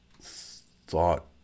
thought